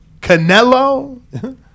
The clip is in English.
canelo